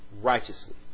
righteously